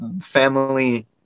family